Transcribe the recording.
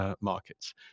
markets